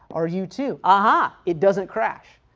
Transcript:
are you two? aha, it doesn't crash,